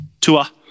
Tua